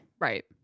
Right